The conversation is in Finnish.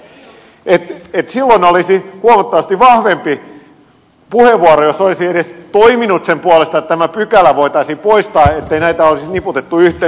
silloin olisi huomattavasti vahvempi puheenvuoro jos olisi edes toiminut sen puolesta että tämä pykälä voitaisiin poistaa ettei näitä olisi niputettu yhteen